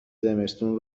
زمستون